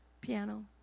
piano